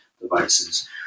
devices